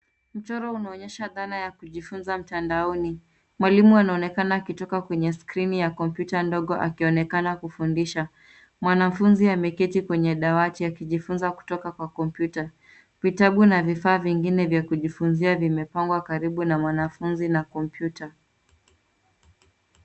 Mchoro unaonyesha dhana ya kujifunza mtandaoni. Mwalimu anaonekana akitoka kwenye skrini ya kompyuta ndogo akionekana kufundisha. Mwanafunzi ameketi kwenye dawati akijifunza kutoka kwa kompyuta. Vitabu na vifaa vingine vya kujifunzia vimepangwa karibu na mwanafunzi na kompyuta.